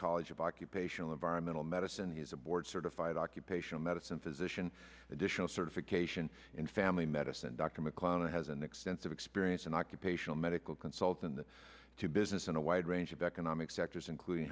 college of occupational environmental medicine he is a board certified occupational medicine physician additional certification in family medicine dr mcclellan has an extensive experience in occupational medical consultant to business in a wide range of economic sectors including